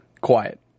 Quiet